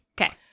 Okay